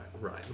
right